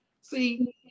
See